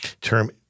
term